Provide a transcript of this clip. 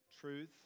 truth